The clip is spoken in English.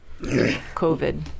COVID